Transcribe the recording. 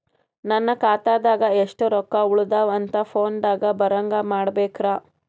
ನನ್ನ ಖಾತಾದಾಗ ಎಷ್ಟ ರೊಕ್ಕ ಉಳದಾವ ಅಂತ ಫೋನ ದಾಗ ಬರಂಗ ಮಾಡ ಬೇಕ್ರಾ?